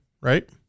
right